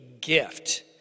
gift